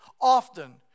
often